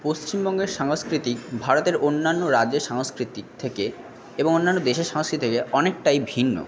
পশ্চিমবঙ্গের সংস্কৃতি ভারতের অন্যান্য রাজ্যের সাংস্কৃতির থেকে এবং অন্যান্য দেশের সংস্কৃতি থেকে অনেকটাই ভিন্ন